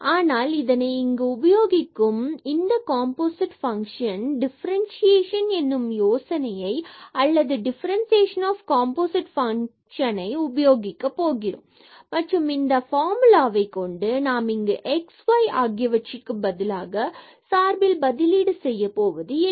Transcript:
ஆனால் இதனை இங்கு நாம் உபயோகிக்கும் இந்த காம்போசிட் ஃபங்ஷன் டிஃபரண்சியேஷன் எனும் யோசனையை அல்லது டிஃபரன்ஸ்சியேசன் ஆஃப் கம்போசிட் பங்க்ஷன் ஐ உபயோகிக்க போகிறோம் மற்றும் இந்த பார்முலாவை கொண்டு நாம் இங்கு x மற்றும் y ஆகியவற்றுக்குப் பதிலாக சார்பில் பதிலீடு செய்ய போவது இல்லை